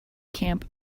camp